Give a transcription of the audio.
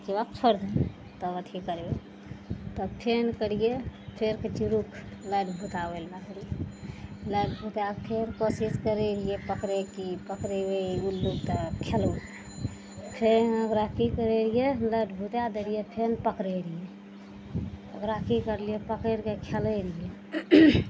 एकरा आब छोड़ि तब अथी करबै तब फेर करियै फेरके चिड़ूख लाइट बुताबै लए पड़य लाइट बुतैबाक फेर कोशिश करै रहियै पकड़ैके पकड़ेबै उल्लू तऽ खेलब फेर ओकरा की करै रहियै जे लाइट बुताइ दै रहियै फेर पकड़ै रहियै ओकरा की करलियै पकैड़िके खेलै रहियै